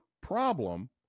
problem